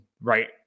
right